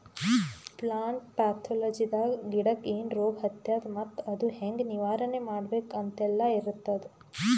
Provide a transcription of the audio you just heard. plant ಪ್ಯಾಥೊಲಜಿದಾಗ ಗಿಡಕ್ಕ್ ಏನ್ ರೋಗ್ ಹತ್ಯಾದ ಮತ್ತ್ ಅದು ಹೆಂಗ್ ನಿವಾರಣೆ ಮಾಡ್ಬೇಕ್ ಅಂತೆಲ್ಲಾ ಇರ್ತದ್